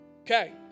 Okay